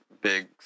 big